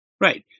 Right